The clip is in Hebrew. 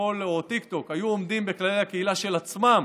טיקטוק היו עומדות בכללי הקהילה של עצמן,